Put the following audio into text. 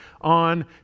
on